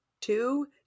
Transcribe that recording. two